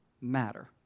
matter